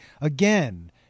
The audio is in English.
again